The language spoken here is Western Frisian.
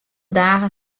dagen